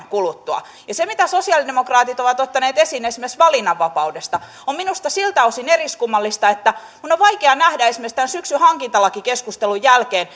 kuluttua ja se mitä sosialidemokraatit ovat ottaneet esiin esimerkiksi valinnanvapaudesta on minusta siltä osin eriskummallista että minun on vaikea nähdä esimerkiksi tämän syksyn hankintalakikeskustelun jälkeen